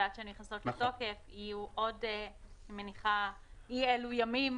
ועד שהן נכנסות לתוקף יהיו עוד אי-אלו ימים,